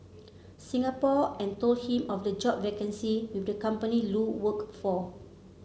Singapore and told him of the job vacancy with the company Lu worked for